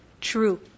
True